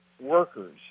workers